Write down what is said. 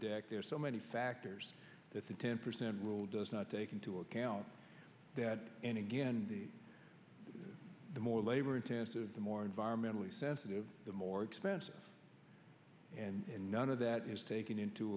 deck there are so many factors that the ten percent rule does not take into account that and again the more labor intensive the more environmentally sensitive the more expensive and none of that is taken into